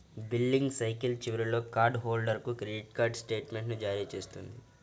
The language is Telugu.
బిల్లింగ్ సైకిల్ చివరిలో కార్డ్ హోల్డర్కు క్రెడిట్ కార్డ్ స్టేట్మెంట్ను జారీ చేస్తుంది